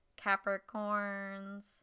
Capricorns